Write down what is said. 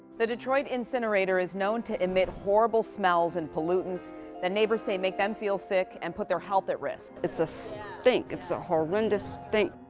the detroit incinerator is known to emit horrible smells and pollutants that neighbors say make them feel sick and put their health at risk. it's a so stink, it's a horrendous stink.